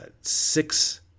six